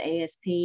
ASP